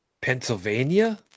pennsylvania